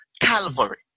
Calvary